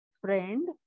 friend